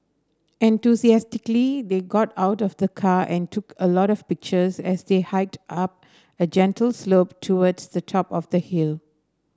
enthusiastically they got out of the car and took a lot of pictures as they hiked up a gentle slope towards the top of the hill